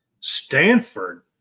Stanford